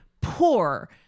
poor